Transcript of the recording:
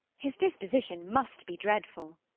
his disposition must be dreadful.